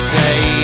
day